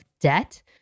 debt